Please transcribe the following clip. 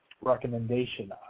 recommendation